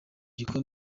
gikombe